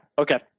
okay